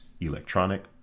electronic